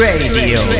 Radio